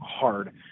hard